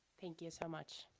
thank you so much.